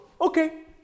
okay